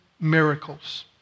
miracles